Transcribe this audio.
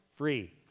free